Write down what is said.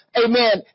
amen